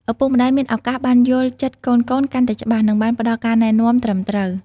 ឪពុកម្តាយមានឱកាសបានយល់ចិត្តកូនៗកាន់តែច្បាស់ និងបានផ្តល់ការណែនាំត្រឹមត្រូវ។